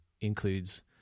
includes